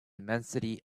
immensity